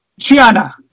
chiana